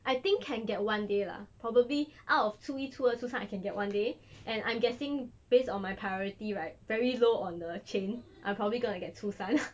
I think can get one day lah probably out of 初一初二初三 I can get one day and I'm guessing based on my priority right very low on the chain I'm probably gonna get 初三